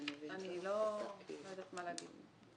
אני לא יודעת מה לומר.